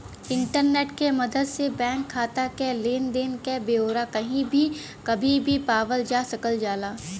internet क मदद से बैंक खाता क लेन देन क ब्यौरा कही भी कभी भी पावल जा सकल जाला